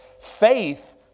Faith